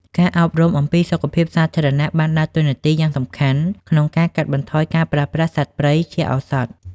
ការអប់រំអំពីសុខភាពសាធារណៈបានដើរតួនាទីយ៉ាងសំខាន់ក្នុងការកាត់បន្ថយការប្រើប្រាស់សត្វព្រៃជាឱសថ។